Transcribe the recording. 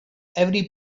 every